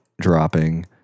dropping